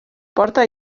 porta